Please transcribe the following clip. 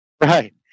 Right